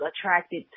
attracted